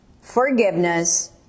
forgiveness